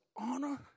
honor